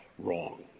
wrong.